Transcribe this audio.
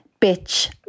Bitch